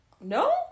No